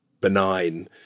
benign